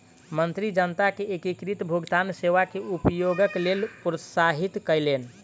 मंत्री जनता के एकीकृत भुगतान सेवा के उपयोगक लेल प्रोत्साहित कयलैन